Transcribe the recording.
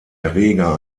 erreger